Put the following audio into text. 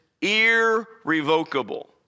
irrevocable